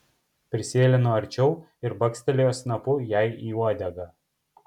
prisėlino arčiau ir bakstelėjo snapu jai į uodegą